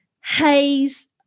haze